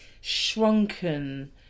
shrunken